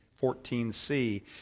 14c